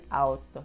out